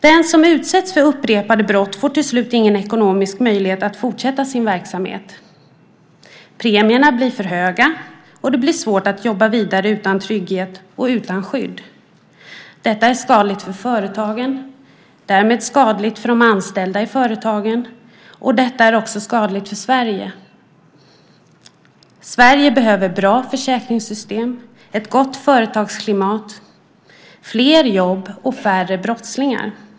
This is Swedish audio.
Den som utsätts för upprepade brott får till slut ingen ekonomisk möjlighet att fortsätta sin verksamhet. Premierna blir för höga, och det blir svårt att jobba vidare utan trygghet och utan skydd. Detta är skadligt för företagen och därmed skadligt för de anställda i företagen. Detta är också skadligt för Sverige. Sverige behöver bra försäkringssystem, ett gott företagsklimat, fler jobb och färre brottslingar.